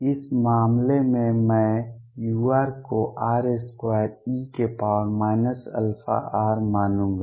इस मामले में मैं u को r2e αr मानूंगा